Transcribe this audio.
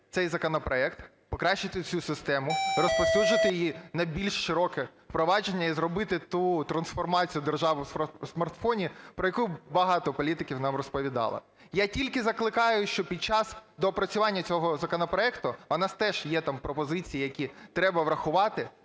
цей законопроект, покращити цю систему, розповсюджувати її на більш широке впровадження. І зробити ту трансформацію "держави в смартфоні", про яку багато політиків нам розповідали. Я тільки закликаю, щоб під час доопрацювання цього законопроекту, у нас теж є пропозиції, які треба врахувати.